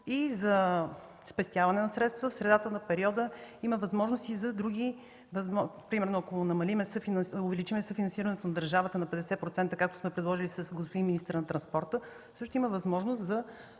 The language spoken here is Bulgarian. за спестяване на средства в средата на периода, има и други възможности, примерно ако увеличим съфинансирането от държавата на 50%, както сме предложили с господин министъра на транспорта, също има възможност за